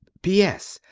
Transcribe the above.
p s.